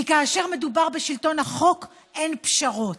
כי כאשר מדובר בשלטון החוק אין פשרות.